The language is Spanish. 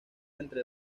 entre